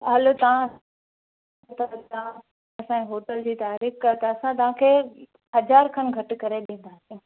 हलो तां असांजे होटल जी तारीफ़ कयो था असां तव्हांखे हज़ार खनि घटि करे डींदासीं